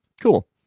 Cool